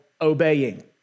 obeying